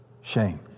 shame